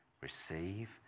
Receive